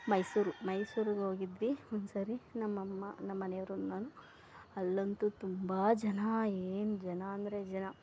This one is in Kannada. ಮೈಸೂರು ಮೈಸೂರ್ಗೆ ಹೋಗಿದ್ವಿ ಒಂದು ಸಾರಿ ನಮ್ಮ ಅಮ್ಮ ನಮ್ಮ ಮನೆಯವ್ರು ನಾನು ಅಲ್ಲಂತೂ ತುಂಬ ಜನ ಏನು ಜನ ಅಂದರೆ ಜನ